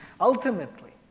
ultimately